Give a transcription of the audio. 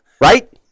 right